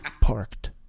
parked